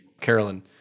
Carolyn